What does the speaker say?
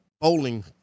bowling